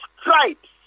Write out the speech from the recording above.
stripes